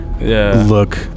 look